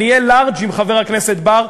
אני אהיה לארג' עם חבר הכנסת בר,